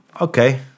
Okay